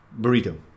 Burrito